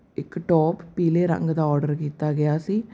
ਇੱਕ ਟੋਪ ਪੀਲੇ ਰੰਗ ਦਾ ਔਡਰ ਕੀਤਾ ਗਿਆ ਸੀ